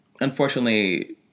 unfortunately